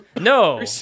no